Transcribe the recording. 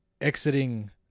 exiting